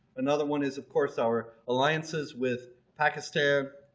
another one is of course our alliances with pakistan,